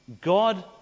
God